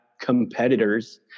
competitors